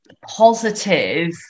positive